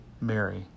Mary